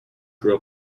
grew